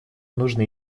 нужно